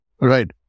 Right